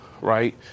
right